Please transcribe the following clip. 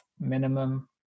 minimum